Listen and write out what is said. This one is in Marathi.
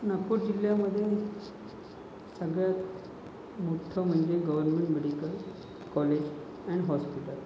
नागपूर जिल्ह्यामध्ये सगळ्यात मोठं म्हणजे government medical college and hospital